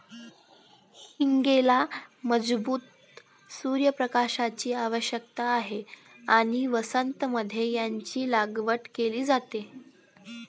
हींगेला मजबूत सूर्य प्रकाशाची आवश्यकता असते आणि वसंत मध्ये याची लागवड केली जाते